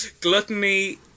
Gluttony